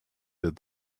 did